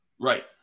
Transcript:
Right